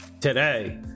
Today